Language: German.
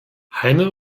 heine